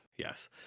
yes